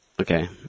Okay